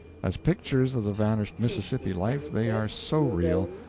as pictures of the vanished mississippi life they are so real,